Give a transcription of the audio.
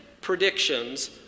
predictions